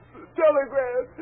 Telegram